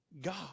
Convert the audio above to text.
god